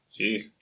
Jeez